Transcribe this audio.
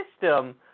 system